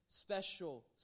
special